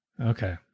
Okay